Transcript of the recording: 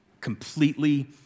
completely